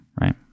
right